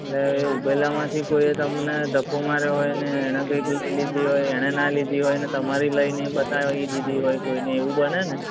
એટલે ઊભેલામાંથી કોઈએ તમને ધક્કો માર્યો હોય ને એણે કંઈક લઈ લીધી હોય અને એને ના લીધી હોય અને તમારી લઈને એ બતાવી દીધી હોય કોઈને એવું બને ને